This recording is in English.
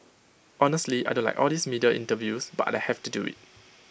honestly I don't like all these media interviews but I have to do IT